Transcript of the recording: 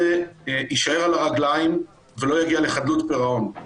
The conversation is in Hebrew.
יישאר על הרגליים ולא יגיע לחדלות פירעון.